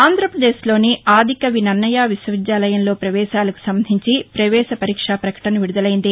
ఆంధ్రప్రదేశ్లోని ఆదికవి నన్నయ విశ్వవిద్యాలయంలో పవేశాలకు సంబంధించి పవేశ పరీక్షా ప్రకటన విడుదలైంది